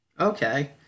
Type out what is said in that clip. Okay